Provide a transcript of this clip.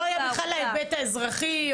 לא היה בכלל ההיבט האזרחי.